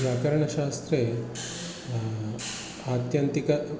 व्याकरणशास्त्रे आत्यन्तिकः